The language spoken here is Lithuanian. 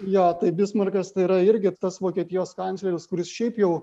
jo tai bismarkas tai yra irgi tas vokietijos kancleris kuris šiaip jau